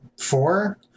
Four